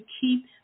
keep